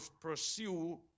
pursue